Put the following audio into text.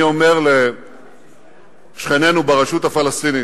ובכן, אני אומר לשכנינו ברשות הפלסטינית: